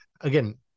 again